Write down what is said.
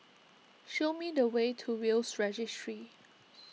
show me the way to Will's Registry